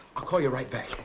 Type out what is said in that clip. i'll call you right back.